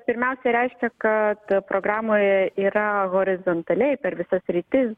pirmiausiai reiškia kad programoje yra horizontaliai per visas sritis